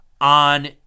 on